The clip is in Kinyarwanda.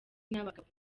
n’abagabo